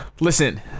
Listen